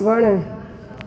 वणु